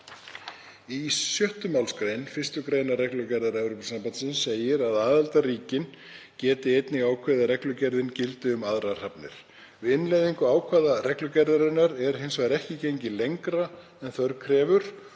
Í 6. mgr. 1. gr. reglugerðar Evrópusambandsins segir að aðildarríkin geti einnig ákveðið að reglugerðin gildi um aðrar hafnir. Við innleiðingu ákvæða reglugerðarinnar er hins vegar ekki gengið lengra en þörf krefur